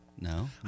no